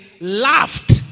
laughed